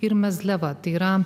ir mezliava tai yra